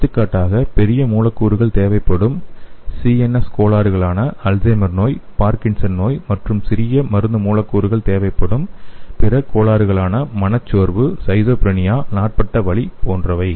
எடுத்துக்காட்டாக பெரிய மூலக்கூறுகள் தேவைப்படும் சிஎன்எஸ் கோளாறுகளான அல்சைமர் நோய் பார்கின்சன் நோய் மற்றும் சிறிய மருந்து மூலக்கூறுகள் தேவைப்படும் பிற கோளாறுகளான மனச்சோர்வு ஸ்கிசோஃப்ரினியா நாள்பட்ட வலி போன்றவை